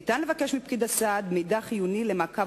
ניתן לבקש מפקיד הסעד מידע חיוני למעקב